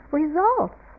results